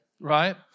right